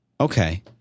Okay